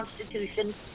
Constitution